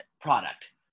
product